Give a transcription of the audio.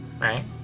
right